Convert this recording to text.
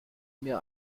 mir